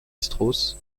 strauss